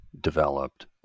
developed